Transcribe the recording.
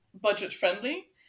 budget-friendly